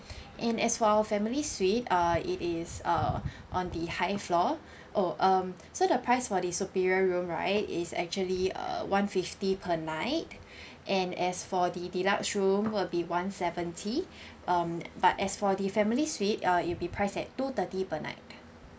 and as for our family suite uh it is uh on the high floor oh um so the price for the superior room right is actually uh one fifty per night and as for the deluxe room will be one seventy um but as for the family suite uh it'll be priced at two thirty per night